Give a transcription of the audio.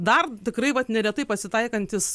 dar tikrai vat neretai pasitaikantys